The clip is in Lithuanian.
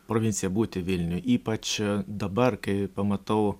provincija būti vilniuj ypač dabar kai pamatau